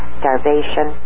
starvation